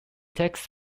takes